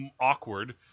awkward